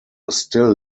still